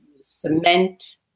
cement